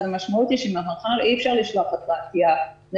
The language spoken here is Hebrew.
אז המשמעות היא שממחר אי אפשר לשלוח נניח